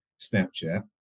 Snapchat